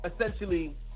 essentially